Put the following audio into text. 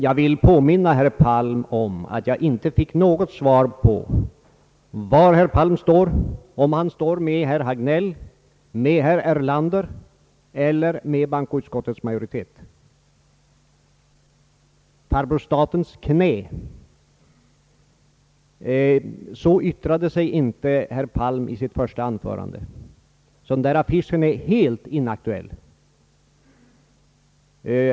Jag vill påminna herr Palm om att jag inte fick något svar på frågan var herr Palm står — om han står med herr Hagnell, med herr Erlander eller med bankoutskottets majoritet. Farbror statens knä — så yttrade sig inte herr Palm i sitt första anförande, så den där affischen är helt inaktuell.